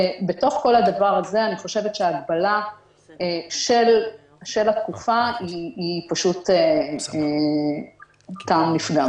בתוך כל הדבר הזה אני חושבת שהגבלה של התקופה היא פשוט טעם לפגם.